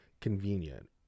convenient